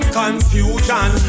confusion